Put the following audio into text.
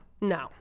No